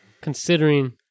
considering